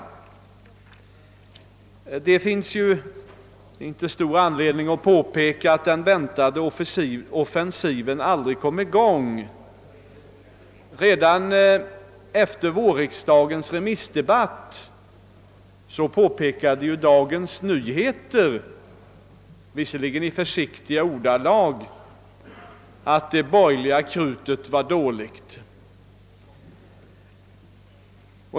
Det finns inte stor anledning att påpeka att den väntade offensiven aldrig kommit i gång. Redan efter vårriksdagens remissdebatt antydde Dagens Nyheter — visserligen i försiktiga ordalag — att det borgerliga krutet var dåligt.